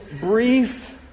brief